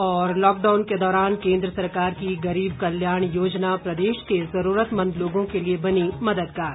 और लॉकडाउन के दौरान केंद्र सरकार की गरीब कल्याण योजना प्रदेश के जरूरतमंद लोगों के लिए बनी मददगार